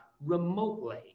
remotely